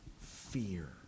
fear